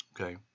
Okay